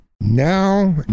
Now